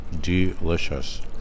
delicious